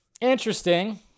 Interesting